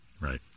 Right